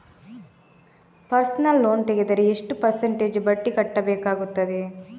Personal loan ತೆಗೆದರೆ ಎಷ್ಟು percentage ಬಡ್ಡಿ ಕಟ್ಟಬೇಕಾಗುತ್ತದೆ?